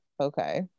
okay